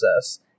process